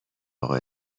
اقا